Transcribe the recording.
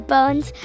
Bones